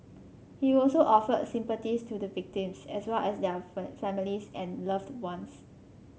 he also offered sympathies to the victims as well as their families and loved ones